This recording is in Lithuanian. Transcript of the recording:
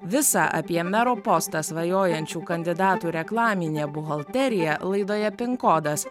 visą apie mero postą svajojančių kandidatų reklaminę buhalteriją laidoje pinkodas